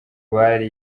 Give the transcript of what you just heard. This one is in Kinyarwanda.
bari